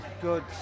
good